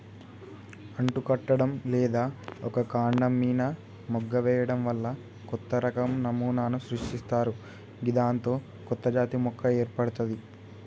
అంటుకట్టడం లేదా ఒక కాండం మీన మొగ్గ వేయడం వల్ల కొత్తరకం నమూనాను సృష్టిస్తరు గిదాంతో కొత్తజాతి మొక్క ఏర్పడ్తది